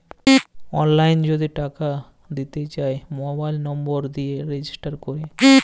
অললাইল যদি টাকা দিতে চায় মবাইল লম্বর দিয়ে রেজিস্টার ক্যরে